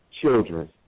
children